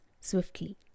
swiftly